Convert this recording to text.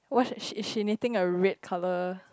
what she she knitting a red color